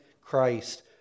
Christ